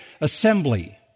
assembly